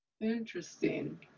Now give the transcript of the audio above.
Interesting